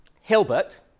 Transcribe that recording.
Hilbert